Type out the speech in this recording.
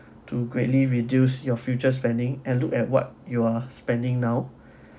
to greatly reduce your future spending and look at what you are spending now